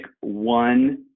one